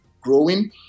growing